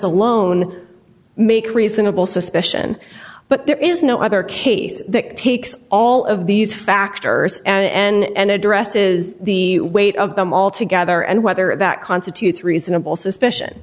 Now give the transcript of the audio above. alone make reasonable suspicion but there is no other case that takes all of these factors and addresses the weight of them all together and whether that constitutes reasonable suspicion